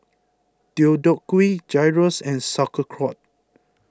Deodeok Gui Gyros and Sauerkraut